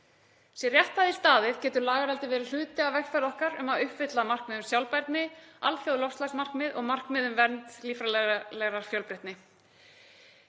Sé rétt að því staðið getur lagareldi verið hluti af vegferð okkar um að uppfylla markmið um sjálfbærni, alþjóðleg loftslagsmarkmið og markmið um vernd líffræðilegrar fjölbreytni.